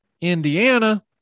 Indiana